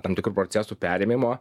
tam tikrų procesų perėmimo